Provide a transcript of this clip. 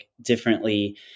differently